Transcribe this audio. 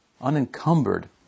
unencumbered